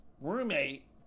roommate